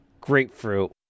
grapefruit